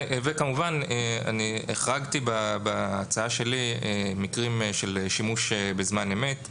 כמובן החרגתי בהצעה שלי מקרים של שימוש בזמן אמת,